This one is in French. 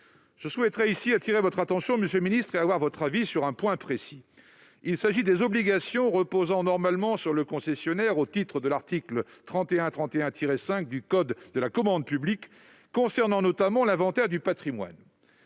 Je souhaiterais attirer votre attention, monsieur le ministre, et avoir votre avis sur un point précis. Il s'agit des obligations reposant normalement sur le concessionnaire au titre de l'article L. 3131-5 du code de la commande publique relatif notamment à l'inventaire du patrimoine.